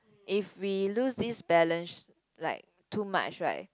if we lose this balance like too much right